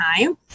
time